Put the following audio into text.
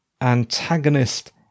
antagonist